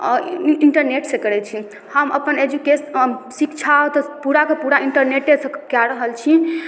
अऽ ई इन्टरनेटसँ करय छी हम अपन एजूकेशन शिक्षा तऽ पूरा कऽ पूरा इन्टरनेटेसँ कए रहल छी